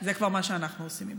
זה מה שאנחנו עושים ממנה.